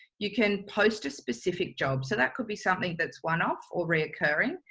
you can post a specific job so that could be something that's one off, or reoccurring,